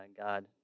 God